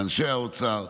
לאנשי האוצר.